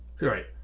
right